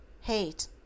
HATE